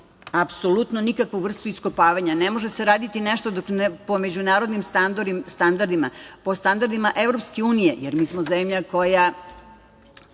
apsolutno nikakvu vrstu iskopavanja. Ne može se raditi nešto po međunarodnim standardima, po standardima Evropske unije, jer mi smo zemlja koja